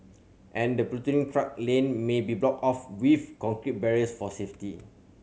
and the platooning truck lane may be blocked off with concrete barriers for safety